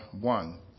one